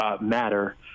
matter